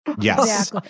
yes